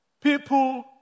People